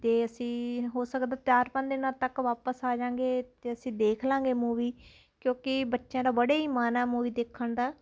ਅਤੇ ਅਸੀਂ ਹੋ ਸਕਦਾ ਚਾਰ ਪੰਜ ਦਿਨਾਂ ਤੱਕ ਵਾਪਸ ਆ ਜਾਵਾਂਗੇ ਅਤੇ ਅਸੀਂ ਦੇਖ ਲਵਾਂਗੇ ਮੂਵੀ ਕਿਉਂਕਿ ਬੱਚਿਆਂ ਦਾ ਬੜੇ ਦਾ ਬੜਾ ਹੀ ਮਨ ਆ ਮੂਵੀ ਦੇਖਣ ਦਾ